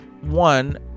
one